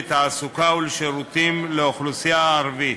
לתעסוקה ולשירותים לאוכלוסייה הערבית.